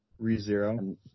ReZero